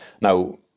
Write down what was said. now